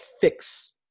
fix